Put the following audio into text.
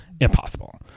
Impossible